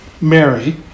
Mary